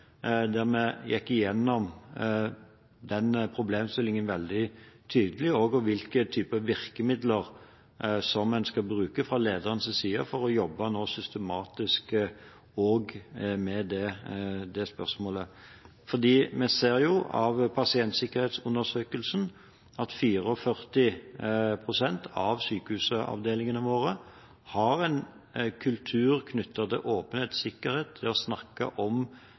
vi veldig tydelig gikk igjennom problemstillingen knyttet til hvilke typer virkemidler som en skal bruke fra lederens side for nå å jobbe systematisk også med det spørsmålet. Vi ser av pasientsikkerhetsundersøkelsen at 44 pst. av sykehusavdelingene våre har en kultur knyttet til åpenhet og sikkerhet, det å snakke om